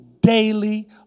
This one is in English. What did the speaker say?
daily